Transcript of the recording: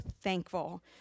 thankful